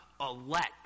elect